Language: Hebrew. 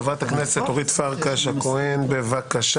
חברת הכנסת אורית פרקש הכהן, בבקשה.